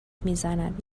میزند